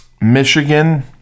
Michigan